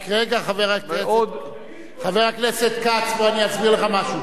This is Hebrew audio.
חבר הכנסת כץ, בוא אני אסביר לך משהו.